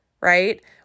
right